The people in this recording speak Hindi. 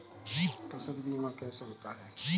फसल बीमा कैसे होता है बताएँ?